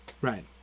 right